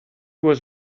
was